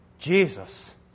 Jesus